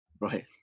Right